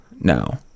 no